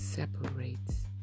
Separates